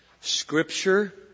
scripture